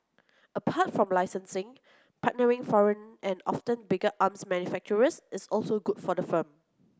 apart from licencing partnering foreign and often bigger arms manufacturers is also good for the firm